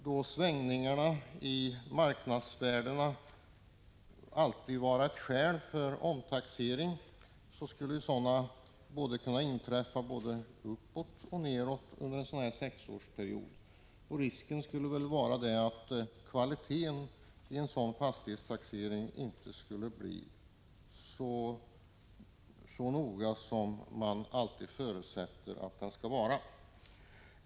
Om svängningarna i marknadsvärdena alltid skulle utgöra skäl för omtaxering, skulle sådana kunna inträffa både uppåt och nedåt under en sexårsperiod. Risken skulle vara att kvaliteten på en sådan fastighetstaxering inte skulle vara så god som man förutsätter att den skall vara.